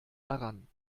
daran